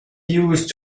used